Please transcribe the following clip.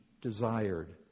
desired